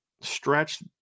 stretch